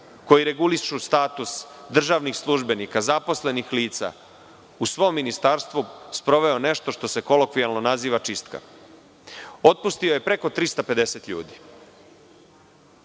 koji regulišu status državnih službenika, zaposlenih lica, u svom ministarstvu sproveo nešto što se kolokvijalno naziva „čistka“. Otpustio je preko 350 ljudi.